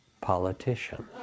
politician